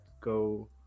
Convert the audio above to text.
go